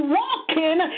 walking